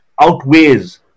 outweighs